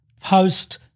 post